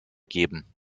geben